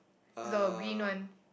the green one